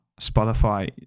Spotify